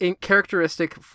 characteristic